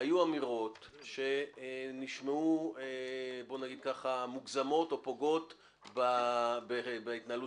היו אמירות שנשמעו מוגזמות או פוגעות בהתנהלות